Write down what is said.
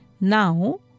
Now